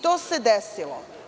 To se desilo.